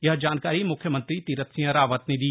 यह जानकारी म्ख्यमंत्री तीरथ सिंह रावत ने दी